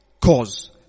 cause